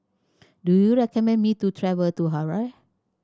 do you recommend me to travel to Harare